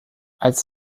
als